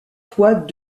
fois